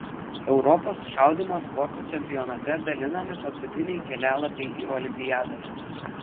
europos šaudymo sporto čempionate dalinami paskutiniai kelialapiai į olimpiadą